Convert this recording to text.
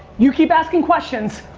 you keep asking questions,